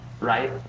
right